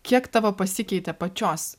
kiek tavo pasikeitė pačios